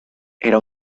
era